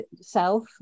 self